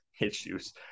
issues